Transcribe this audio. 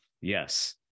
yes